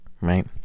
right